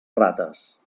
rates